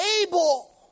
able